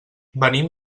venim